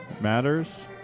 Matters